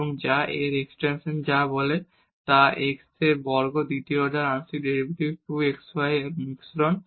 এবং এর এক্সটেনশন হল x স্কোয়ার দ্বিতীয় অর্ডার আংশিক ডেরিভেটিভ 2 x y এর মিশ্রণ